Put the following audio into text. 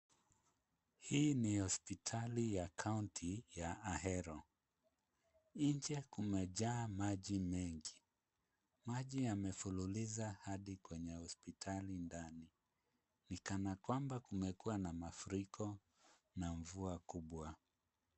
Hii ni hospitali ya kaunti ya Ahero. Nje kumejaa maji mengi. Maji yamefululiza hadi kwenye hospitali ndani. Ni kana kwamba kumekuwa na mafuriko na mvua kubwa.